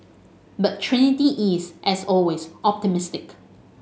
but Trinity is as always optimistic